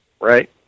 right